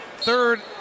third